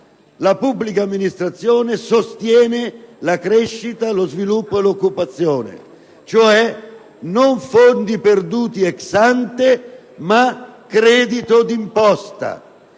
la pubblica amministrazione sostiene la crescita, lo sviluppo e l'occupazione, cioè non fondi perduti *ex ante*, ma credito d'imposta,